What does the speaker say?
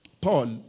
Paul